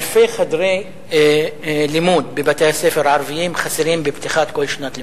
אלפי חדרי לימוד בבתי-הספר הערביים חסרים בפתיחת כל שנת לימוד,